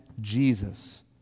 Jesus